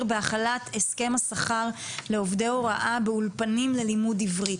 בהחלת הסכם השכר לעובדי הוראה באולפנים ללימוד עברית.